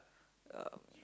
um